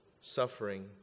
suffering